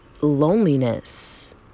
loneliness